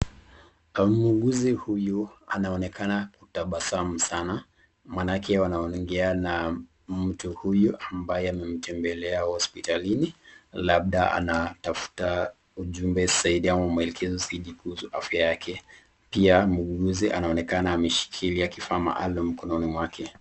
Muuguzi huyu anaonekana kutabasamu sana maanake wanaongea na mtu huyu ambaye amemtembelea hospitalini, labda anatafuta ujumbe zaidi ama mwelekezo zaidi kuhusu afya yake. Pia muuguzi anaonekana ameshikilia kifaa maalum mkononi wake.